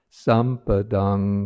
sampadang